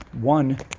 one